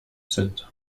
sind